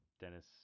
Dennis